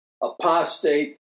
apostate